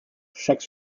chaque